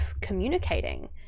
communicating